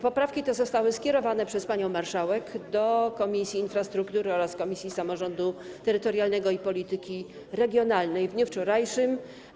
Poprawki te zostały skierowane przez panią marszałek do Komisji Infrastruktury oraz Komisji Samorządu Terytorialnego i Polityki Regionalnej w dniu wczorajszym.